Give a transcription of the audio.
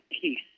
peace